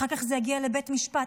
אחר כך זה יגיע לבית משפט,